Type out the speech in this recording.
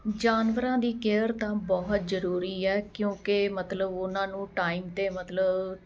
ਜਾਨਵਰਾਂ ਦੀ ਕੇਅਰ ਦਾ ਬਹੁਤ ਜ਼ਰੂਰੀ ਹੈ ਕਿਉਂਕਿ ਮਤਲਬ ਉਹਨਾਂ ਨੂੰ ਟਾਈਮ 'ਤੇ ਮਤਲਬ